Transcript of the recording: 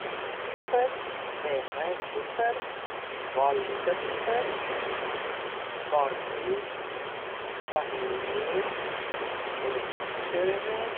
Must pipõr, verrev pipõr, valgõ pipõr, karri, kaneel, vürtsköömen.